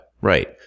right